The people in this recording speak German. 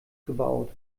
gebaut